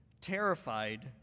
terrified